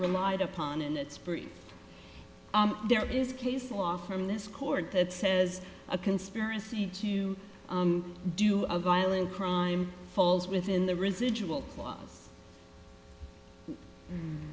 relied upon and it's free there is case law from this court that says a conspiracy to do a violent crime falls within the residual was